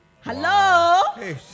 Hello